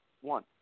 one